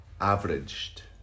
averaged